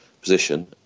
position